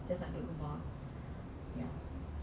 just nak duduk rumah ya